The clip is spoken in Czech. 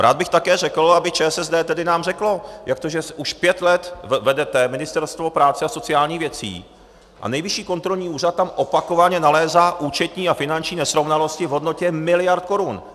Rád bych také řekl, aby ČSSD tedy nám řeklo, jak to, že už pět let vedete Ministerstvo práce a sociálních věcí a Nejvyšší kontrolní úřad tam opakovaně nalézá účetní a finanční nesrovnalosti v hodnotě miliard korun?